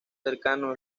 cercano